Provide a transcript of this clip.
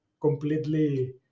completely